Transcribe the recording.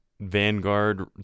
vanguard